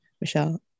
Michelle